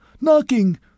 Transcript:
Knocking